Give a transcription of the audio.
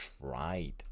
tried